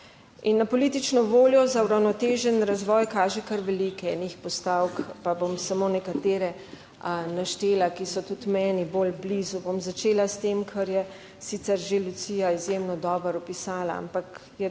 In na politično voljo za uravnotežen razvoj kaže kar veliko enih postavk, pa bom samo nekatere naštela, ki so tudi meni bolj blizu. Bom začela s tem, kar je sicer že Lucija izjemno dobro opisala, ampak je